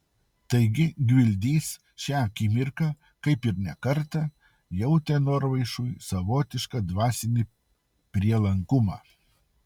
taigi gvildys šią akimirką kaip ir ne kartą jautė norvaišui savotišką dvasinį prielankumą